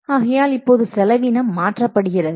ஆகையால் இப்போது செலவீனம் மாற்றப்படுகிறது